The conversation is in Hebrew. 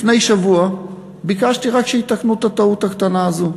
לפני שבוע ביקשתי רק שיתקנו את הטעות הקטנה הזו,